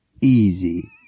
easy